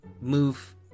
move